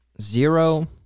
zero